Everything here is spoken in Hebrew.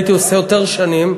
הייתי עושה יותר שנים,